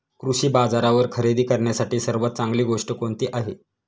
कृषी बाजारावर खरेदी करण्यासाठी सर्वात चांगली गोष्ट कोणती आहे?